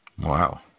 Wow